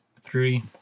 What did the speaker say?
Three